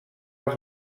els